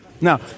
Now